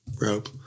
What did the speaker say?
Rope